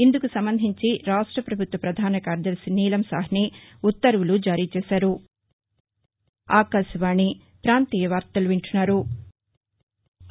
ఇందుకు సంబంధించి రాష్ట ప్రభుత్వ పధాన కార్యదర్శి నీలం సాహ్నీ ఉత్తర్వులు జారీ చేశారు